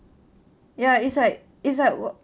ya it's like it's like work